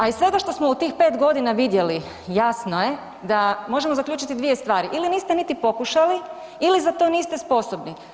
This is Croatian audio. A iz svega što smo u tih 5.g. vidjeli jasno je da možemo zaključiti dvije stvari ili niste niti pokušali ili za to niste sposobni.